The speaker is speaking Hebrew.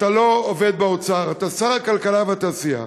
אתה לא עובד באוצר, אתה שר הכלכלה והתעשייה,